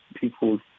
people